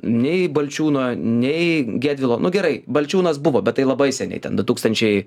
nei balčiūno nei gedvilo nu gerai balčiūnas buvo bet tai labai seniai ten du tūkstančiai